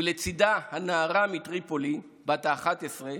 ולצידה הנערה מטריפולי בת ה-11,